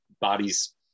bodies